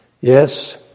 Yes